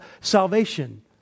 salvation